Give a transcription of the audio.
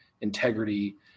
integrity